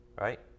Right